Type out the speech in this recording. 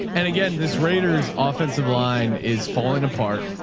and again, this raiders' offensive line is falling apart.